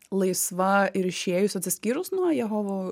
laisva ir išėjus atsiskyrus nuo jehovo